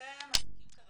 ואצלכם עסקים כרגיל.